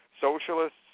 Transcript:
socialists